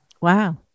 wow